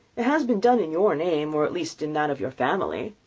it has been done in your name, or at least in that of your family,